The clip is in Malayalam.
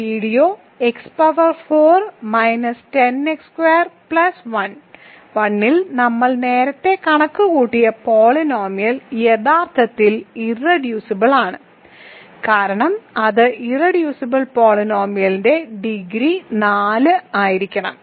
ഈ video x power 4 minus 10 x square plus 1 ൽ നമ്മൾ നേരത്തെ കണക്കുകൂട്ടിയ പോളിനോമിയൽ യഥാർത്ഥത്തിൽ ഇർറെഡ്യൂസിബിൾ ആണ് കാരണം അത് ഇർറെഡ്യൂസിബിൾ പോളിനോമിയൽ ഡിഗ്രി 4 ആയിരിക്കണം